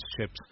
ships